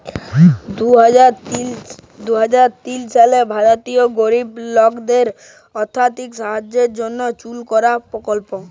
দু হাজার তিল সালে ভারতেল্লে গরিব লকদের আথ্থিক সহায়তার জ্যনহে চালু করা পরকল্প